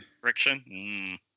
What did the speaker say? Friction